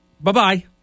Bye-bye